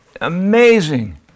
amazing